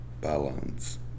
balance